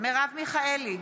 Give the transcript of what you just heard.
מרב מיכאלי,